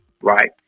right